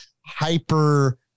hyper